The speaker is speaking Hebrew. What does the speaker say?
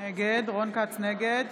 נגד